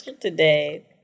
today